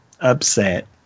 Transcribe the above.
upset